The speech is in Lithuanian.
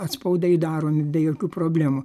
atspaudai daromi be jokių problemų